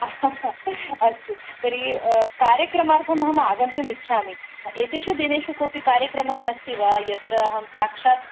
अस्तु तर्हि कार्यक्रमार्थम् अहम् आगन्तुमिच्छामि एतेषु दिनेषु कोऽपि कार्यक्रमः अस्ति वा यत्र अहं साक्षात्